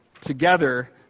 together